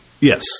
yes